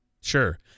Sure